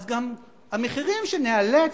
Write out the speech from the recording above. גם המחירים שניאלץ,